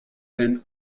than